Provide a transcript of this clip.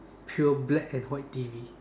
pure black and white T_V